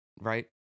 right